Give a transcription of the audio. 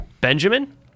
Benjamin